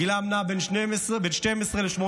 גילם נע בין 12 ל-18.